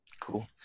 cool